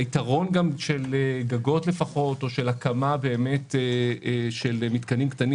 היתרון של גגות או של הקמה של מתקנים קטנים